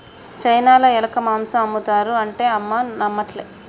చైనాల ఎలక మాంసం ఆమ్ముతారు అంటే అమ్మ నమ్మట్లే